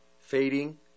fading